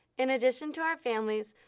in addition to our families,